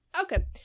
Okay